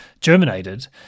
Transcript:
germinated